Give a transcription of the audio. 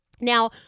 Now